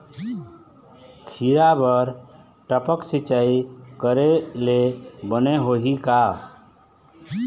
खिरा बर टपक सिचाई करे ले बने होही का?